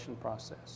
process